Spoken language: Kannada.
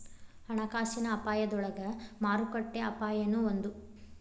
ಹಣಕಾಸಿನ ಅಪಾಯದೊಳಗ ಮಾರುಕಟ್ಟೆ ಅಪಾಯನೂ ಒಂದ್